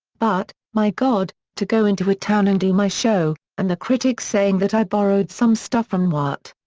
but, my god, to go into a town and do my show, and the critics saying that i borrowed some stuff from newhart.